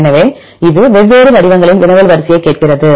எனவே இது வெவ்வேறு வடிவங்களில் வினவல் வரிசையைக் கேட்கிறது